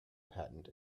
patent